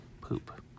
poop